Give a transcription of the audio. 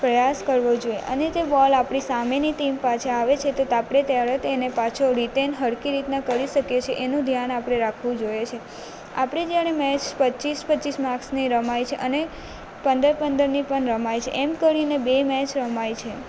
પ્રયાસ કરવો જોઈએ અને તે બોલ આપણી સામેની ટીમ પાસે આવે છે તો તે આપણે તરત તેને પાછો રિટેન સરખી રીતના કરી શકીએ છીએ એનું ધ્યાન આપણે રાખવું જોઈએ છે આપણે જ્યારે મેચ પચીસ પચીસ માર્ક્સની રમાય છે અને પંદર પંદરની પણ રમાય છે એમ કરીને બે મેચ રમાય છે